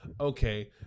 okay